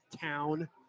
town